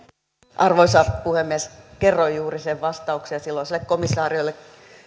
arvoisa puhemies kerroin juuri sen vastauksen silloiselle komissaarille